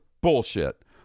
bullshit